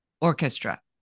Orchestra